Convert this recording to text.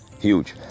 Huge